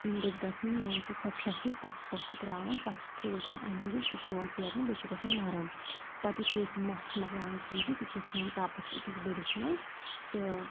یم گٔژھۍ گَژھٕنۍ مان ژٕ سۄ پھیٚکھ ہِش پَتہٕ چھِ تتھ سُہ ترٛاوان پَتہٕ چھِ ٹھوٗل ترٛاوان اَمہِ موٗجوب سُہ یوان ژیٹنہٕ بیٚیہِ چھُ گَژھان نرٕم پَتہٕ یُتھٕے أسۍ یہِ مَژھ چھِ مۄکلاوان ژیٖٹِتھ یہِ چھِ أسۍ ژھٕنان ٹَپَس أکِس بٔڑِس مَنٛز تہٕ